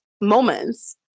moments